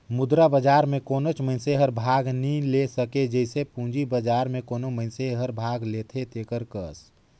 मुद्रा बजार में कोनोच मइनसे हर भाग नी ले सके जइसे पूंजी बजार में कोनो मइनसे हर भाग लेथे तेकर कस